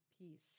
peace